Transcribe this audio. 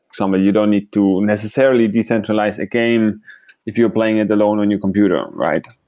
so um you don't need to necessarily decentralize a game if you're playing it alone on your computer, right?